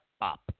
up